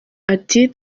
ati